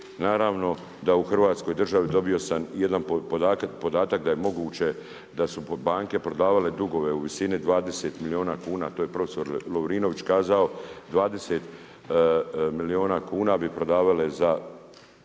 Naravno da u Hrvatskoj državi, dobio sam i jedan podatak da je moguće da su banke prodavale dugove u visini 20 milijuna kuna a to je profesor Lovrinović kazao, 20 milijuna kuna bi prodavale za